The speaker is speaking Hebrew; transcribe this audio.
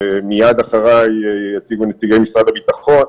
ומייד אחריי יציגו נציגי משרד הביטחון,